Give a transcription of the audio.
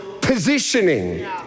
positioning